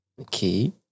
Okay